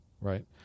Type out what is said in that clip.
right